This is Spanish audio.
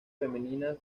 femeninas